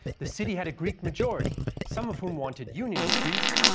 the city had a greek majority, some of whom wanted union with greece,